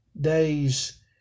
days